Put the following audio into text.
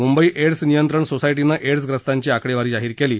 Mumbai AIDS नियंत्रण सोसायटीने एड्सग्रस्तांची आकडेवारी जाहीर केली आहे